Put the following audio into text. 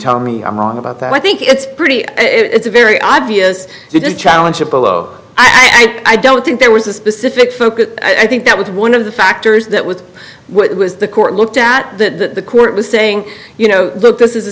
tell me i'm wrong about that i think it's pretty it's a very obvious challenge apolo i don't think there was a specific focus i think that was one of the factors that was what was the court looked at the court was saying you know look this is a